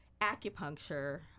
acupuncture